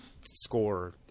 score